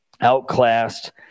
outclassed